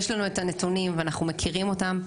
יש לנו את הנתונים ואנחנו מכירים אותם,